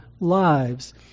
lives